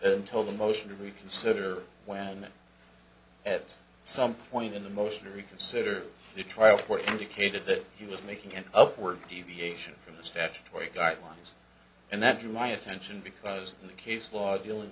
until the motion to reconsider when at some point in the motion to reconsider the trial court indicated that he was making an upward deviation from the statutory guidelines and that drew my attention because in the case law dealing